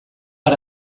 per